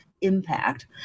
impact